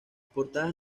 portadas